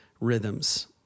rhythms